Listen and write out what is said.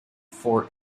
for